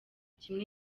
kimwe